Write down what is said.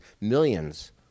Millions